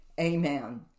amen